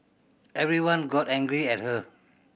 everyone got angry at her